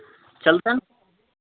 चलता